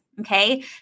Okay